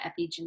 epigenetics